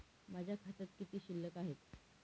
माझ्या खात्यात किती शिल्लक आहे?